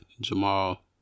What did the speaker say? Jamal